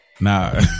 nah